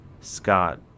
Scott